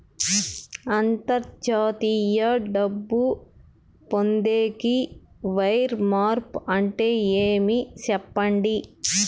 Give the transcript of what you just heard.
అంతర్జాతీయ డబ్బు పొందేకి, వైర్ మార్పు అంటే ఏమి? సెప్పండి?